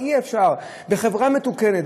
בחברה מתוקנת,